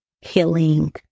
healing